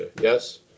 yes